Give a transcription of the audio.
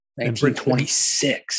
1926